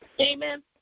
Amen